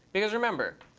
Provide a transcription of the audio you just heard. because remember,